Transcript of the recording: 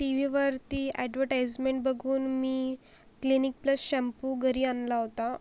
T व्हीवरती advertisement बघून मी क्लिनिक प्लस शॅम्पू घरी आणला होता